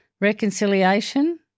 Reconciliation